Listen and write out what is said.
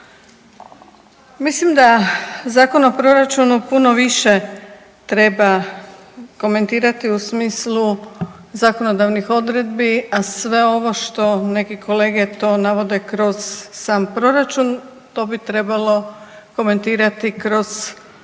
Mislim da Zakon o proračunu puno više treba komentirati u smislu zakonodavnih odredbi, a sve ovo što neki kolege to navode kroz sam proračun to bi trebalo komentirati kroz